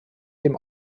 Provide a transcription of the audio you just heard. dem